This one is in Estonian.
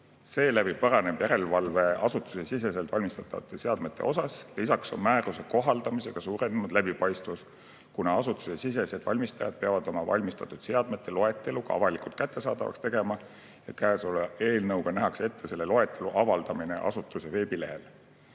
Seeläbi paraneb järelevalve asutusesiseselt valmistatavate seadmete üle. Lisaks suureneb määruste kohaldamisega läbipaistvus, kuna asutusesisesed valmistajad peavad oma valmistatud seadmete loetelu ka avalikult kättesaadavaks tegema. Käesoleva eelnõuga nähakse ette selle loetelu avaldamine asutuse veebilehel.